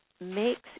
makes